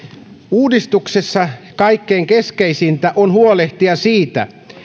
uudistuksessa kaikkein keskeisintä on huolehtia siitä